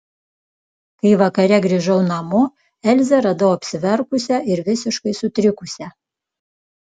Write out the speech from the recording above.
kai vakare grįžau namo elzę radau apsiverkusią ir visiškai sutrikusią